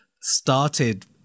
started